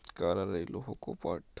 কারার ওই লৌহ কপাট